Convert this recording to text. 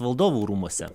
valdovų rūmuose